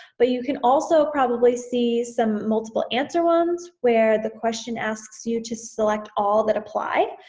but you can also probably see some multiple answer ones, where the question asks you to select all that apply,